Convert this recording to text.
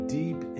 deep